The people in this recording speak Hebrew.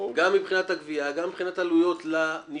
גם מבחינת הגבייה, גם מבחינת עלויות לנישום.